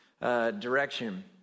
direction